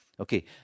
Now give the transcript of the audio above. Okay